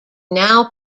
now